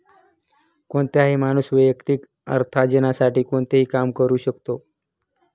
कोणताही माणूस वैयक्तिक अर्थार्जनासाठी कोणतेही काम करू शकतो